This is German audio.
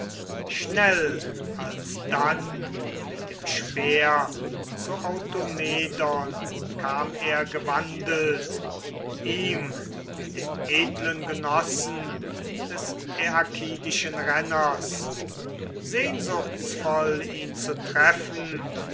schnell alsdann mit dem speer zu automedon kam er gewandelt ihm dem edlen genossen des äakidischen renners sehnsuchtsvoll ihn zu treffen